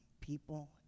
people